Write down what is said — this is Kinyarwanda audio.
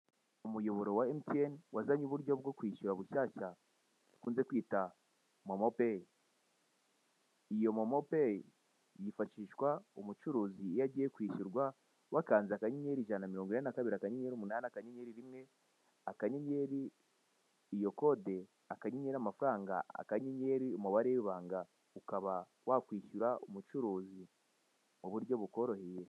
Umuyoboro wa Emutiyeni wazanye uburyo bwo kwishyura bushyashya, bakunze kwita momo peyi. Iyo momo peyi yifashishwa umucuruzi iyo agiye kwishyurwa, wakanze akanyenyeri ijana na mirongo inani na kabiri akanyenyeri umunani akanyenyeri rimwe, akanyenyeri iyo kode, akanyenyeri amafaranga , akanyenyeri umubare w'ibanga, ukaba wakwishyura umucuruzi mu buryo bukoroheye.